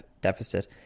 deficit